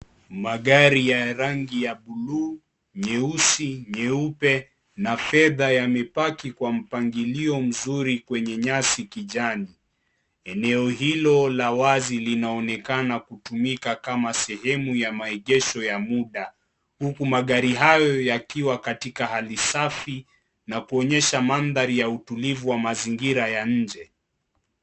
Magari ya rangi ya buluu, nyeusi, nyeupe, na fedha yamepaki kwa mpangilio mzuri kwenye nyasi kijani. Eneo hilo la wazi linaonekana kutumika kama sehemu ya maegesho ya muda huku magari hayo yakiwa katika hali safi na kuonyesha mandhari ya utulivu wa mazingira ya nje.